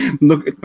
Look